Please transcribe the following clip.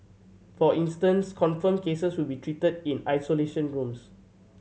for instance confirmed cases will be treated in isolation rooms